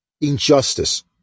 injustice